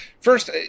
First